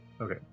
Okay